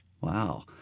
Wow